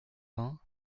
vingt